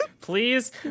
please